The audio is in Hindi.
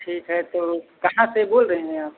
ठीक है तो कहाँ से बोल रहे हैं आप